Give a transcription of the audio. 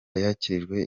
yakirijwe